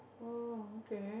um okay